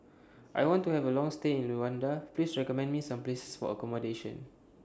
I want to Have A Long stay in Luanda Please recommend Me Some Places For accommodation